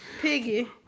Piggy